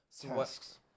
tasks